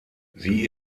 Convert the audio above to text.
sie